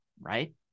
right